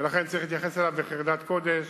ולכן צריך להתייחס אליו בחרדת קודש